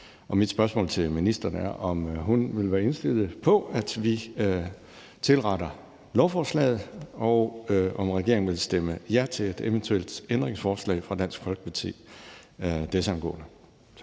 Mit spørgsmål til ministeren er, om hun vil være indstillet på, at vi tilretter lovforslaget, og om regeringen vil stemme ja til et eventuelt ændringsforslag fra Dansk Folkeparti desangående.